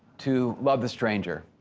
to love the stranger.